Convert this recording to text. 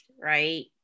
right